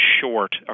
short